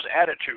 attitude